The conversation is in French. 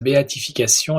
béatification